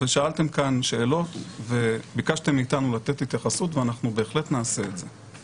שאלתם כאן שאלות וביקשתם מאתנו לתת התייחסות ואנחנו בהחלט נעשה את זה.